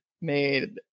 made